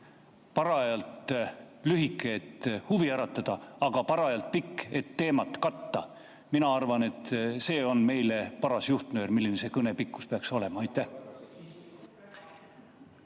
parajalt lühike, et huvi äratada, aga parajalt pikk, et teemat katta. Mina arvan, et see on meile paras juhtnöör, milline see kõne pikkus peaks olema. Kuna